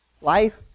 Life